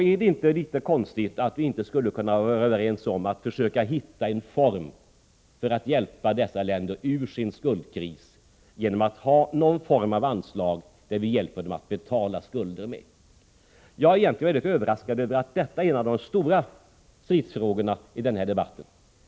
Är det inte litet konstigt att vi inte skulle kunna vara överens om att försöka hitta en form för att hjälpa dessa länder ur sin skuldkris, genom att ha någon form av anslag som vi hjälper dem att betala skulder med? Jag är egentligen mycket överraskad över att detta är en av de stora stridsfrågorna i den här debatten.